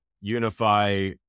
unify